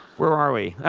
where are we?